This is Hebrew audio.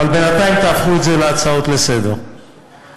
ובינתיים תהפכו את זה להצעות לסדר-היום.